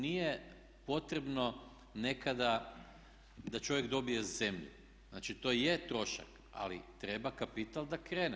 Nije potrebno nekada da čovjek dobije zemlju, znači to je trošak, ali treba kapital da krene.